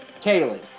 Kaylee